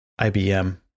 IBM